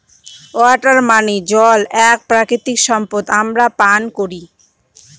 water মানে জল এক প্রাকৃতিক সম্পদ আমরা পান করি